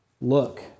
look